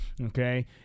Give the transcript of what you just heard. Okay